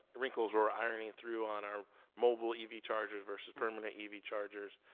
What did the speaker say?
wrinkles we're ironing through on our mobile ev chargers, versus permanent ev chargers.